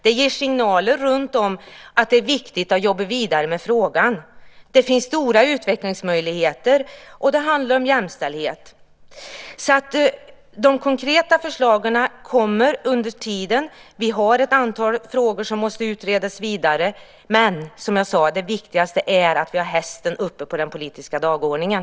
Det ger signaler runtom att det är viktigt att jobba vidare med frågan. Det finns stora utvecklingsmöjligheter, och det handlar om jämställdhet. De konkreta förslagen kommer under tiden. Vi har ett antal frågor som måste utredas vidare. Men som jag sade så är det viktigaste att vi har hästen uppe på den politiska dagordningen.